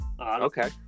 Okay